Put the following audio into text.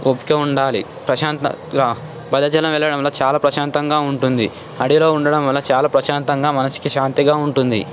ఓపిక ఉండాలి ప్రశాంతంగా భద్రాచలం వెళ్లడంలో చాలా ప్రశాంతంగా ఉంటుంది అడవిలో ఉండడం వల్ల చాలా ప్రశాంతంగా మనసుకి శాంతిగా ఉంటుంది